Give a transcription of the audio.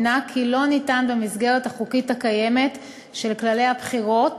כי לא ניתן במסגרת החוקית הקיימת של כללי הבחירות